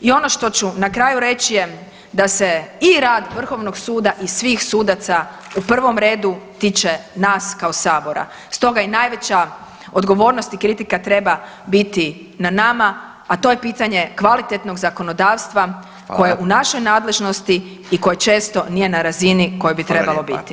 I ono što ću na kraju reći je da se i rad Vrhovnog suda i svih sudaca u prvom redu tiče nas kao sabora, stoga je i najveća odgovornost i kritika treba biti na nama, a to je pitanje kvalitetnog zakonodavstva koje [[Upadica Radin: Hvala.]] u našoj nadležnosti i koje često nije na razini na koje bi trebalo biti.